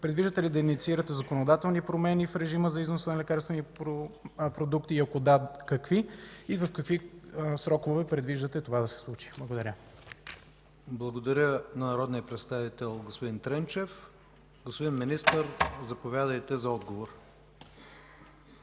Предвиждате ли да инициирате законодателни промени в режима за износ на лекарствени продукти и ако да – какви? В какви срокове предвиждате това да се случи? Благодаря. ПРЕДСЕДАТЕЛ ИВАН К. ИВАНОВ: Благодаря на народния представител господин Тренчев. Господин Министър, заповядайте за отговор.